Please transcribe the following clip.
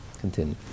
Continue